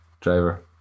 driver